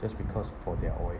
just because for their oil